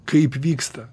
kaip vyksta